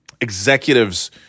Executives